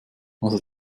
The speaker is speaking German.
also